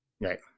Right